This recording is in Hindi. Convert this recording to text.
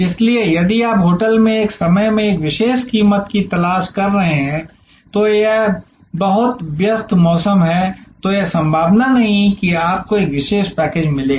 इसलिए यदि आप होटल में एक समय में एक विशेष कीमत की तलाश कर रहे हैं तो बहुत व्यस्त मौसम है तो यह संभावना नहीं है कि आपको एक विशेष पैकेज मिलेगा